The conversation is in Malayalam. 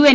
എൻ